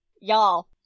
Y'all